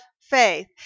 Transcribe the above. faith